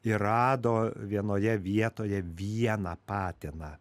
ir rado vienoje vietoje vieną patiną